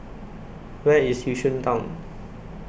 Where IS Yishun Town